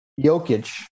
Jokic